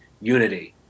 unity